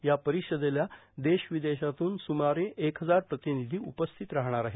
या परिषदेला देश विदेशातून सुमारे एक हजार प्रतिनिधी उपस्थित राहणार आहेत